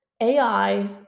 AI